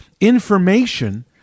information